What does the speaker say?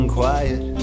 quiet